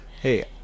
Hey